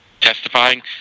testifying